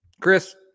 Chris